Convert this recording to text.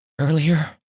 Earlier